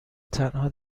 تنها